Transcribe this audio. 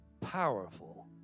powerful